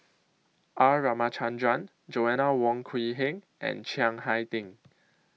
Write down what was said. R Ramachandran Joanna Wong Quee Heng and Chiang Hai Ding